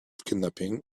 kidnapping